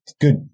good